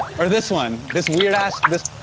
or this one? this weird ass. this